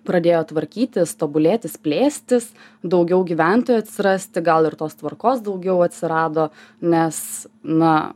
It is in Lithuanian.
pradėjo tvarkytis tobulėtis plėstis daugiau gyventojų atsirasti gal ir tos tvarkos daugiau atsirado nes na